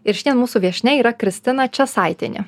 ir šiandien mūsų viešnia yra kristina česaitienė